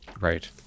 right